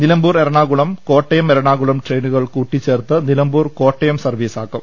നിലമ്പൂർ എറണാകുളം കോട്ടയം എറണാകുളം ട്രെയിനുകൾ കൂട്ടിചേർത്ത് നിലമ്പൂർ കോട്ടയം സർവ്വീസാക്കും